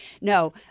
No